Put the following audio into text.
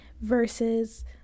versus